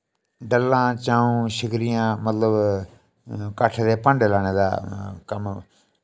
दल्लां चाऊं शिक्रियां मतलब काठे दे भांडे लाने दा कम्म